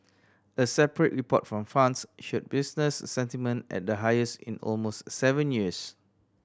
a separate report from France showed business sentiment at the highest in almost seven years